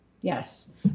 Yes